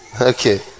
Okay